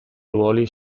ruoli